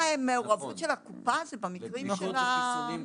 שהמעורבות של הקופה זה במקרים של המגפות.